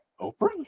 Oprah